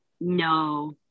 No